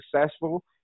successful